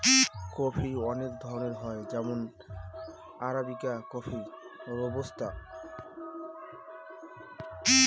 coffee অনেক ধরনের হয় যেমন আরাবিকা কফি, রোবুস্তা